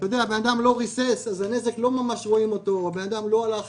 אם אדם לא ריסס או אם אדם לא הלך